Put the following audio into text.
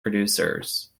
producers